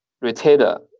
retailer